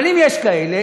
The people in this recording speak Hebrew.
אבל אם יש כאלה,